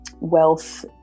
wealth